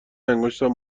انگشتم